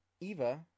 Eva